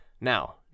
Now